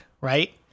right